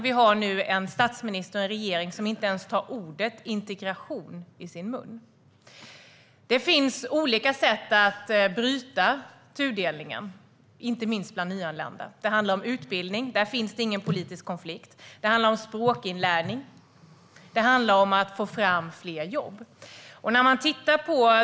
Vi har nu en statsminister och en regering som inte ens tar ordet "integration" i sin mun. Det finns olika sätt att bryta tudelningen, inte minst bland nyanlända. Det handlar om utbildning, och där finns det ingen politisk konflikt. Det handlar om språkinlärning, och det handlar om att få fram fler jobb.